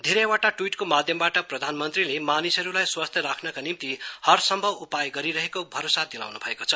धेरैवटा ट्वीटको माध्यमबाट प्रधानमन्त्रीले मानिसहरूलाई स्वस्थ्य राख्नका निम्ति रहसम्भव उपाय गरिरहेको भरोषा दिलाउन् भएको छ